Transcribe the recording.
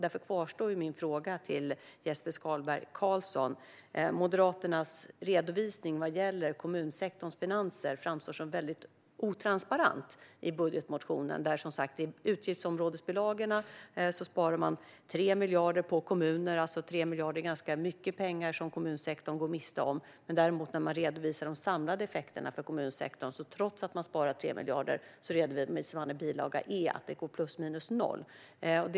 Därför kvarstår min fråga till Jesper Skalberg Karlsson. Moderaternas redovisning vad gäller kommunsektorns finanser framstår som väldigt icke-transparent i budgetmotionen. I utgiftsområdesbilagorna sparar man 3 miljarder på kommuner. Det är alltså ganska mycket pengar som kommunsektorn går miste om. När man redovisar de samlade effekterna för kommunsektorn redovisar man däremot i bilaga E att det går plus minus noll, trots att man sparar 3 miljarder.